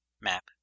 map